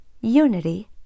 Unity